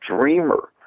Dreamer